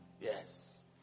Yes